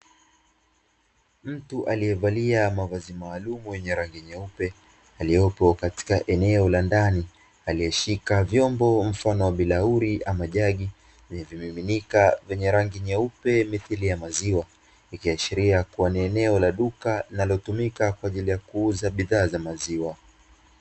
Mtu aliyevalia mavazi maalumu yenye rangi nyeupe, aliyopo katika eneo la ndani aliyeshika vyombo mfano wa bilauri ama jagi lenye vimiminika vyenye rangi nyeupe mithili ya maziwa, ikiashiria kuwa ni eneo la duka linalotumika kwa ajili ya kuuza bidhaa za maziwa.